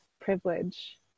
privilege